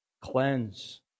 cleanse